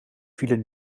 vielen